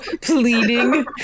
pleading